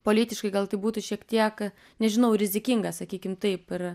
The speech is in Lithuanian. politiškai gal tai būtų šiek tiek nežinau rizikinga sakykim taip ir